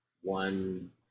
one